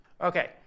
Okay